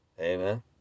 Amen